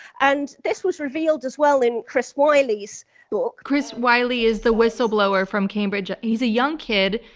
and this was revealed as well in chris wylie's book. chris wylie is the whistleblower from cambridge. he's a young kid,